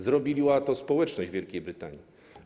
Zrobiła to społeczność Wielkiej Brytanii.